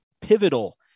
pivotal